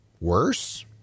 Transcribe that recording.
worse